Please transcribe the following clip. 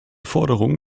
forderung